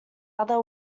other